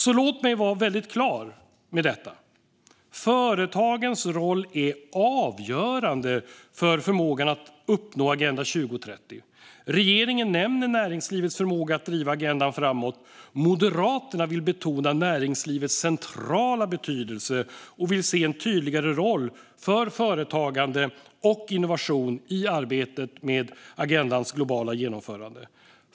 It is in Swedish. Låt mig därför vara väldigt tydlig med följande: Företagens roll är avgörande för förmågan att uppnå Agenda 2030. Regeringen nämner näringslivets förmåga att driva agendan framåt. Moderaterna vill betona näringslivets centrala betydelse och se en tydligare roll för företagande och innovation i arbetet med agendans globala genomförande.